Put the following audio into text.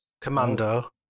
Commando